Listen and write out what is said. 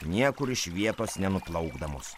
niekur iš vietos ne nuplaukdamos